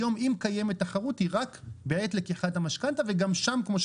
היום אם קיימת תחרות היא רק בעת לקיחת המשכנתא וגם שם כמוש